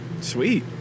Sweet